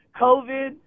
COVID